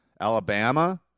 Alabama